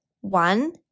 One